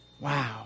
Wow